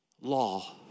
law